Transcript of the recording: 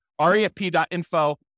refp.info